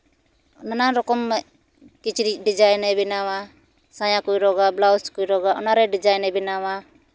ᱱᱟᱱᱟᱱ ᱨᱚᱠᱚᱢ ᱠᱤᱪᱨᱤᱡ ᱰᱤᱡᱟᱭᱤᱱ ᱮ ᱵᱮᱱᱟᱣᱟ ᱥᱟᱭᱟ ᱠᱚᱭ ᱨᱚᱜᱟ ᱵᱞᱟᱣᱩᱡᱽ ᱠᱚᱭ ᱨᱳᱜᱟ ᱚᱱᱟᱨᱮ ᱰᱤᱡᱟᱭᱤᱱ ᱮ ᱵᱮᱱᱟᱣᱟ